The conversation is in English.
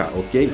ok